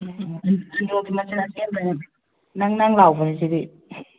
ꯑꯟꯗ꯭ꯔꯣꯒꯤ ꯃꯆꯤꯟ ꯑꯁꯦꯡꯕꯅꯦ ꯅꯪꯅꯪ ꯂꯥꯎꯕꯅꯦ ꯁꯤꯗꯤ